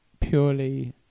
purely